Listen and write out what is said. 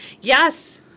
Yes